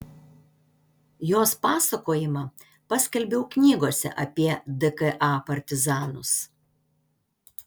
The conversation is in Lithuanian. jos pasakojimą paskelbiau knygose apie dka partizanus